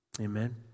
Amen